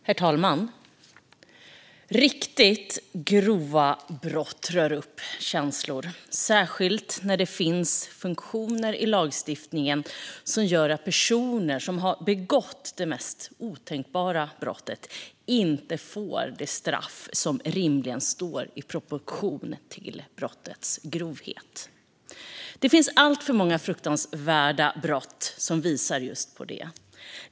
Herr talman! Riktigt grova brott rör upp känslor, särskilt när det finns funktioner i lagstiftningen som gör att personer som har begått de mest otänkbara brott inte får det straff som rimligen står i proportion till brottets grovhet. Det finns alltför många fruktansvärda brott som visar på just det.